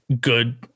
good